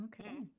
Okay